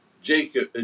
Jacob